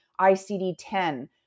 ICD-10